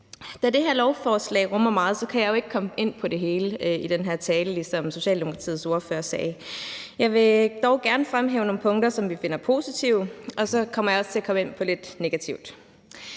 Da det her lovforslag rummer meget, kan jeg ikke komme ind på det hele i den her tale, ligesom Socialdemokratiets ordfører sagde det. Jeg vil dog gerne fremhæve nogle punkter, som vi finder positive, og så kommer jeg også ind på lidt negativt.